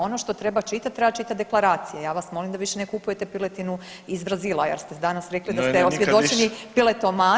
Ono što treba čitat, treba čitat deklaracije, ja vas molim da više ne kupujete piletinu iz Brazila jer ste danas rekli da ste osvjedočeni piletoman…